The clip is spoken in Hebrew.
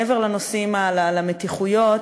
מעבר לנושאים של המתיחויות,